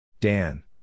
Dan